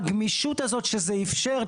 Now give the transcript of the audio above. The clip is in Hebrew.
הגמישות הזאת שאפשרה,